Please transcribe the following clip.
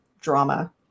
drama